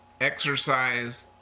Exercise